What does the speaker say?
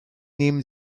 nehmen